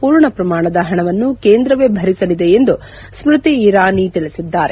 ಪೂರ್ಣ ಪ್ರಮಾಣದ ಹಣವನ್ನು ಕೇಂದ್ರವೇ ಭರಿಸಲಿದೆ ಎಂದು ಸ್ಕತಿ ಇರಾನಿ ತಿಳಿಸಿದ್ದಾರೆ